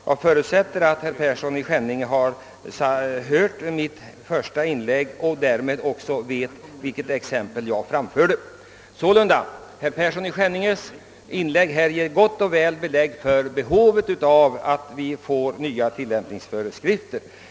Jag förutsätter att herr Persson i Skänninge lyssnade till mitt första inlägg och alltså vet vad som berördes. Sålunda: herr Perssons inlägg visar mycket bra att det behövs nya tillämpningsföreskrifter.